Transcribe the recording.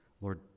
Lord